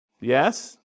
Yes